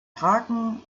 tagen